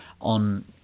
on